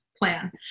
plan